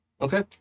okay